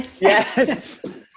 Yes